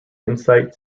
insight